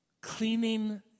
cleaning